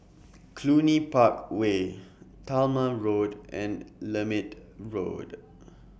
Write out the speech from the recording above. Cluny Park Way Talma Road and Lermit Road